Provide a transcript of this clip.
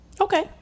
Okay